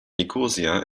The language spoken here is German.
nikosia